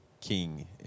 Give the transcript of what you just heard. king